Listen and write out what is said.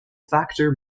factor